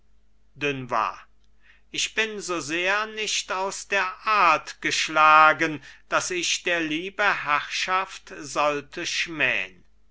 dunois ich bin so sehr nicht aus der art geschlagen daß ich der liebe herrschaft sollte schmähn